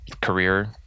career